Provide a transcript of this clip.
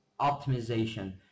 optimization